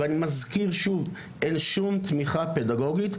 ואני מזכיר שוב, אין שום תמיכה פדגוגית.